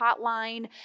Hotline